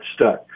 stuck